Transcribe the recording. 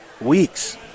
weeks